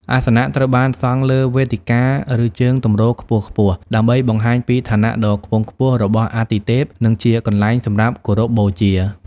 អាសនៈត្រូវបានសង់លើវេទិកា ឬជើងទម្រខ្ពស់ៗ ដើម្បីបង្ហាញពីឋានៈដ៏ខ្ពង់ខ្ពស់របស់អាទិទេព និងជាកន្លែងសម្រាប់គោរពបូជា។